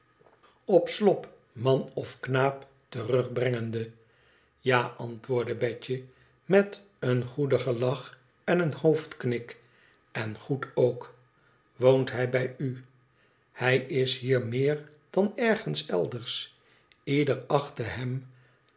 slop man of knaap terugbrengende a antwoordde betje met een goedigen lach en een hoofdknik en goed ook iwoonthijbiju hij is hier meer dan ergens elders ieder achtte hem